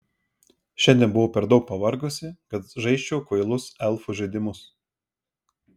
šiandien buvau per daug pavargusi kad žaisčiau kvailus elfų žaidimus